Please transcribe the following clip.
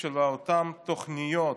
של אותן תוכניות,